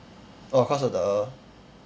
oh cause of the